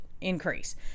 increase